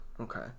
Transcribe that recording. Okay